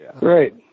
Right